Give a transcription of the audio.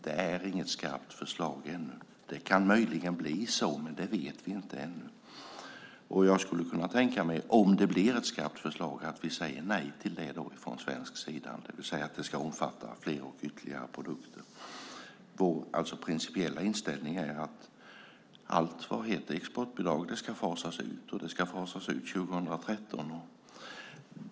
Det är inget skarpt förslag ännu. Det kan möjligen bli så, men det vet vi inte ännu. Om det blir ett skarpt förslag, det vill säga att det ska omfatta fler och ytterligare produkter, skulle jag kunna tänka mig att vi säger nej till det från svensk sida. Vår principiella inställning är att allt vad exportbidrag heter ska fasas ut, och det ska fasas ut under 2013.